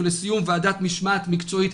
ולסיום ועדת משמעת מקצועית,